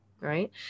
right